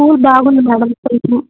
school బాగుంది madam చూసాం